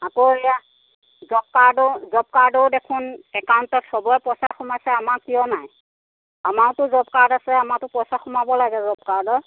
আকৌ এয়া জব কাৰ্ডৰ জব কাৰ্ডৰো দেখোন একাউণ্টত সবৰে পইচা সোমাইছে আমাৰ কিয় নাই আমাৰতো জব কাৰ্ড আছে আমাৰতো পইচা সোমাব লাগে জব কাৰ্ডৰ